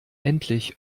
endlich